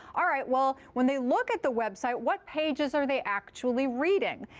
all right. well, when they look at the website, what pages are they actually reading?